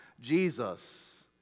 Jesus